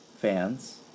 fans